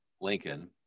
Lincoln